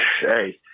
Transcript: Hey